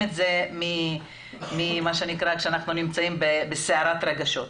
את זה כשאנחנו נמצאים בסערת רגשות.